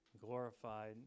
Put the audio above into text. glorified